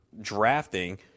drafting –